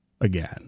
again